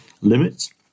limits